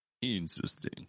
Interesting